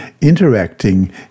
interacting